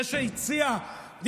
זה שהציע,